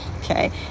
okay